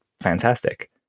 fantastic